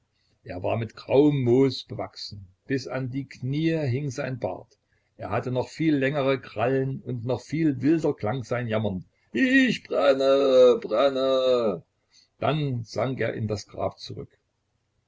er war mit grauem moos bewachsen bis an die kniee hing sein bart er hatte noch viel längere krallen und noch viel wilder klang sein jammern ich brenne brenne dann sank er in das grab zurück